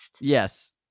Yes